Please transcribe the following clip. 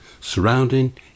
surrounding